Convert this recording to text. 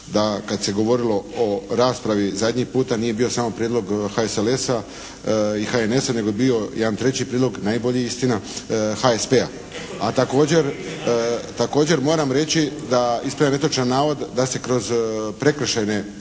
da kada se govorilo o raspravi zadnji puta nije bio prijedlog samo HSLS-a i HNS-a nego je bio jedan treći prijedlog, najbolji istina, HSP-a. A također moram reći da ispravljam netočni navod da se kroz prekršajne